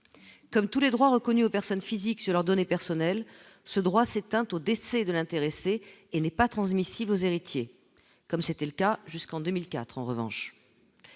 comme tous les droits reconnus aux personnes physiques sur leurs données personnelles ce droit, c'est un au décès de l'intéressé et n'est pas transmissible aux héritiers, comme c'était le cas jusqu'en 2004 en revanche